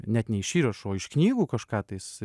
net ne iš įrašo iš knygų kažką tais